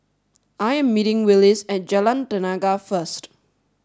I am meeting Willis at Jalan Tenaga first